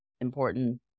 important